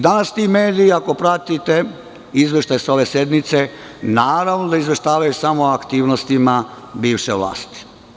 Danas ti mediji, ako pratite izveštaj ove sednice, naravno da izveštavaju samo o aktivnostima bivše vlasti.